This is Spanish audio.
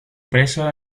preso